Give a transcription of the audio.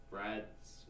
Brad's